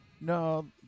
No